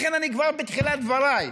לכן כבר בתחילת דבריי,